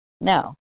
No